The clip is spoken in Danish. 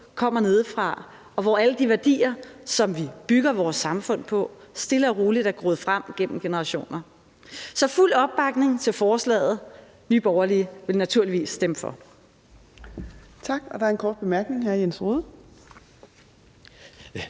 kommer nedefra, og hvor alle de værdier, som vi bygger vores samfund på, stille og roligt er groet frem gennem generationer. Så der er fuld opbakning til forslaget. Nye Borgerlige vil naturligvis stemme for.